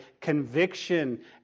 conviction